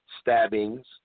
stabbings